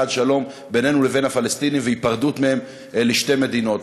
שלום בינינו לבין הפלסטינים והיפרדות מהם לשתי מדינות.